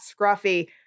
scruffy